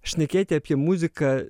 šnekėti apie muziką